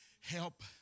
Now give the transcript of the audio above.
help